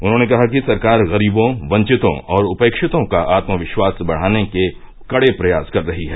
उन्होंने कहा कि सरकार गरीबों वंचितों और उपेक्षितों का आत्मविश्वास बढ़ाने के कड़े प्रयास कर रही है